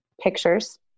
pictures